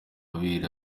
amabere